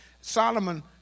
solomon